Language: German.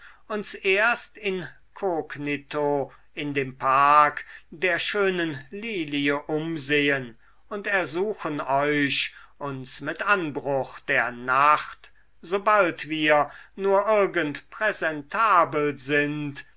uns erst inkognito in dem park der schönen lilie umsehen und ersuchen euch uns mit anbruch der nacht sobald wir nur irgend präsentabel sind